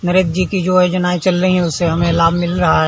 मोदी जी की जो योजनाएं चल रही हैं उससे हमें लाभ मिल रहा है